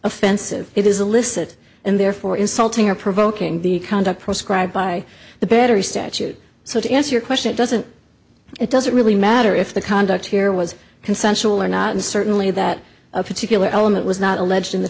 offensive it is illicit and therefore insulting or provoking the conduct proscribed by the battery statute so to answer your question it doesn't it doesn't really matter if the conduct here was consensual or not and certainly that particular element was not alleged